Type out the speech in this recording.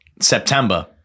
September